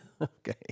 Okay